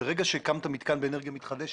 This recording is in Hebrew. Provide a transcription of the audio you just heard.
ברגע שהקמת מתקן באנרגיה מתחדשת,